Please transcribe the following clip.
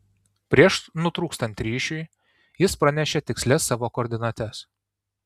prieš nutrūkstant ryšiui jis pranešė tikslias savo koordinates